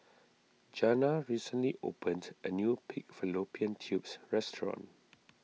Jana recently opened a new Pig Fallopian Tubes restaurant